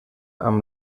amb